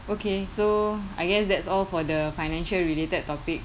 okay so I guess that's all for the financial related topic